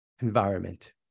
environment